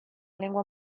lengua